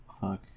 fuck